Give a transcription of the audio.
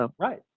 Right